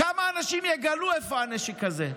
כמה אנשים יגלו איפה הנשק הזה?